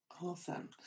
Awesome